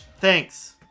Thanks